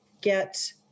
get